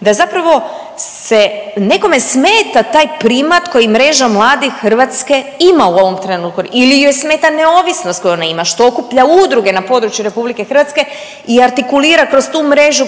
da zapravo se nekome smeta taj primat koji Mreža mladih Hrvatske ima u ovom trenu ili joj smeta neovisnost koju ona ima, što okuplja udruge na području RH i artikulira kroz tu mrežu,